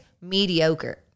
mediocre